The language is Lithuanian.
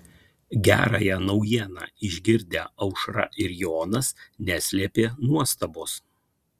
gerąją naujieną išgirdę aušra ir jonas neslėpė nuostabos